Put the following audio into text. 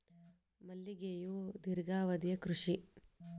ಮಲ್ಲಿಗೆಯು ದೇರ್ಘಾವಧಿಯ ಕೃಷಿ